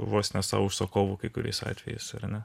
vos ne savo užsakovu kai kuriais atvejais ar ne